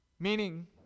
Meaning